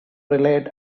relate